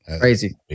Crazy